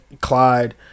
Clyde